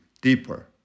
deeper